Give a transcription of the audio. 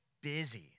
busy